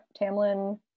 Tamlin